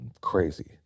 crazy